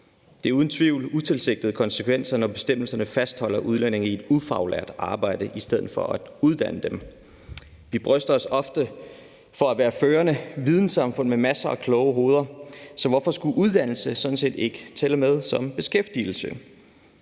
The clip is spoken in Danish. Det er uden tvivl utilsigtede konsekvenser, når bestemmelserne fastholder udlændingene i et ufaglært arbejde i stedet for at uddanne dem. Vi bryster os ofte af at være et førende vidensamfund med masser af kloge hoveder, så hvorfor skulle uddannelse ikke tælle med som beskæftigelse?